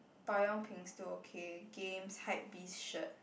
bao yang ping still okay games hypebeast shirt